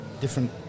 different